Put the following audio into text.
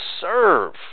serve